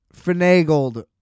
finagled